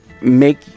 make